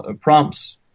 prompts